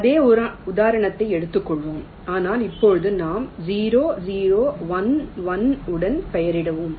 அதே உதாரணத்தை எடுத்துக் கொள்வோம் ஆனால் இப்போது நாம் 0 0 1 1 உடன் பெயரிடுகிறோம்